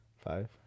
Five